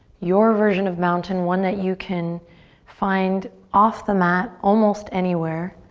your version of mountain, one that you can find off the mat, almost anywhere.